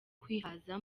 kwihaza